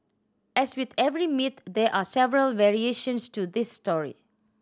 as with every myth there are several variations to this story